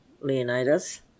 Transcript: Leonidas